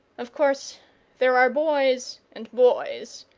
of course there are boys and boys,